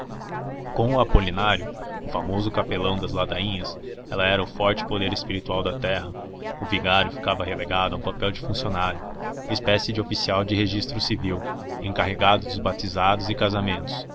com o apolinário o famoso capelão das ladainhas era ela o forte poder espiritual da terra o vigário ficava relegado a um papel de funcionário espécie de oficial de registro civil encarregado dos batizados e casamentos